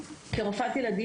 כרופאת ילדים,